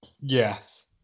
Yes